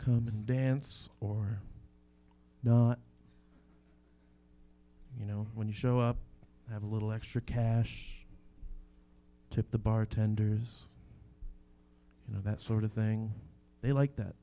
come and dance or not you know when you show up and have a little extra cash tip the bartenders you know that sort of thing they like that